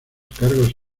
cargos